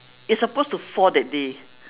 it's supposed to fall that day